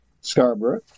Scarborough